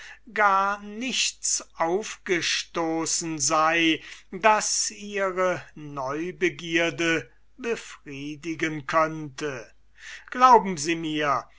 lande nichts aufgestoßen sei das ihre neubegierde befriedigen könnte glauben sie mir